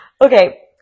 Okay